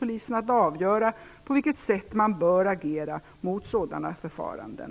Polisen att avgöra på vilket sätt man bör agera mot sådana förfaranden.